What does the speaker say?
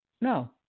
No